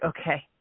okay